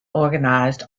organised